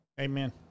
Amen